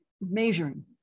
measuring